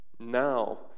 now